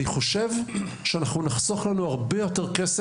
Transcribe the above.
אני חושב שנחסוך הרבה יותר במקומות האחרים.